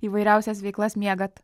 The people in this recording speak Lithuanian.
įvairiausias veiklas miegat